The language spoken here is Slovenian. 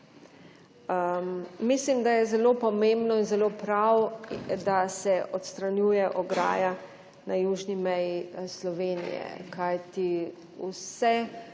Mislim, da je zelo pomembno in zelo prav, da se odstranjuje ograja na južni meji Slovenije, kajti vse,